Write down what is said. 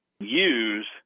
use